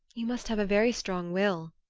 you must have a very strong will,